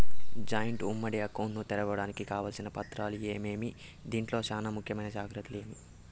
Joint ఉమ్మడి account ను తెరవడానికి కావాల్సిన పత్రాలు ఏమేమి? దీంట్లో చానా ముఖ్యమైన జాగ్రత్తలు ఏమి?